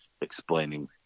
explaining